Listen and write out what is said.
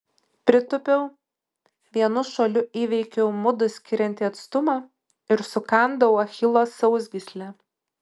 pritūpiau vienu šuoliu įveikiau mudu skiriantį atstumą ir sukandau achilo sausgyslę